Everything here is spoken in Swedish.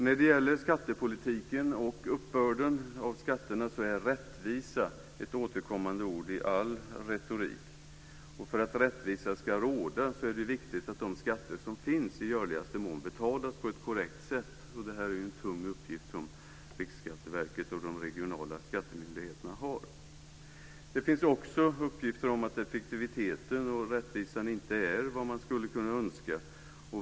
När det gäller skattepolitiken och uppbörden av skatterna är rättvisa ett återkommande ord i all retorik. För att rättvisa ska råda är det viktigt att de skatter som finns i görligaste mån betalas på ett korrekt sätt. Det är en tung uppgift som Riksskatteverket och de regionala skattemyndigheterna har. Det finns också uppgifter om att effektiviteten och rättvisan inte är vad man skulle kunna önska.